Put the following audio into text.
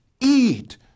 Eat